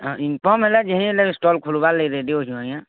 ହଁ ଇନଫର୍ମ ହେଲା ଯେ ହେଲେ ଷ୍ଟଲ ଖୋଲିବା ଲାଗି ରେଡୀ ଅଛି ଆଜ୍ଞା